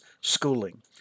schooling